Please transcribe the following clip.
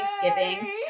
Thanksgiving